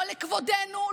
לא לכבודנו,